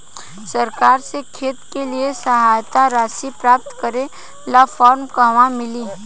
सरकार से खेत के लिए सहायता राशि प्राप्त करे ला फार्म कहवा मिली?